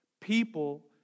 People